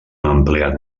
empleat